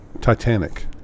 Titanic